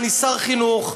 אני שר חינוך,